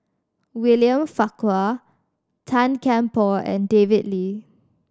William Farquhar Tan Kian Por and David Lee